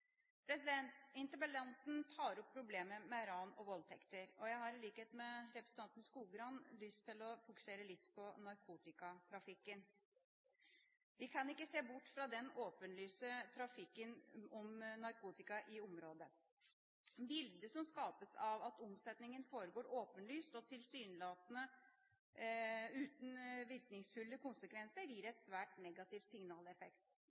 Interpellanten tar opp problemet med ran og voldtekter, og jeg har, i likhet med representanten Skogrand, lyst til å fokusere litt på narkotikatrafikken. Vi kan ikke se bort fra den åpenlyse narkotikatrafikken i området. Bildet som skapes når omsetningen foregår åpenlyst og tilsynelatende uten virkningsfulle konsekvenser, gir en svært negativ signaleffekt.